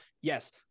yes